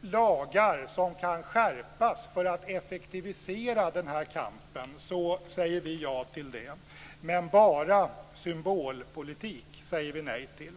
lagar som kan skärpas för att effektivisera den här kampen säger vi ja till det, men bara symbolpolitik säger vi nej till.